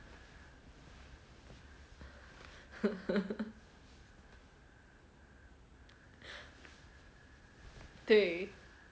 对